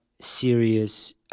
serious